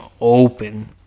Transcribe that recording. open